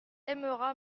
aimera